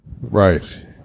Right